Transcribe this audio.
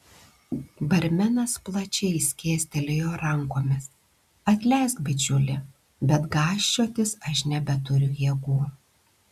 barmenas plačiai skėstelėjo rankomis atleisk bičiuli bet gąsčiotis aš nebeturiu jėgų